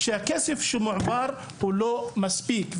שהכסף שמועבר הוא לא מספיק.